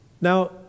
Now